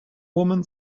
woman